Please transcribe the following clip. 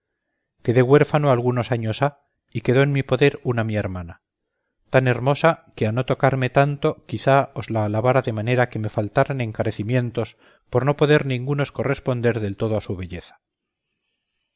propio quedé huérfano algunos años ha y quedó en mi poder una mi hermana tan hermosa que a no tocarme tanto quizá os la alabara de manera que me faltaran encarecimientos por no poder ningunos corresponder del todo a su belleza